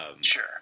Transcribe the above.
Sure